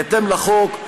בהתאם לחוק,